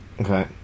Okay